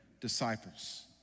disciples